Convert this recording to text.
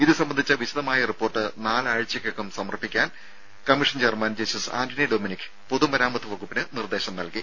ഇത് സംബന്ധിച്ച വിശദമായ റിപ്പോർട്ട് നാലാഴ്ചക്കകം സമർപ്പിക്കാൻ commission chairman justice Antony Dominic പൊതുമരാമത്ത് വകുപ്പിന് നിർദ്ദേശം നൽകി